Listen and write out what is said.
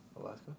Alaska